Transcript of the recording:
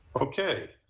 Okay